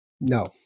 No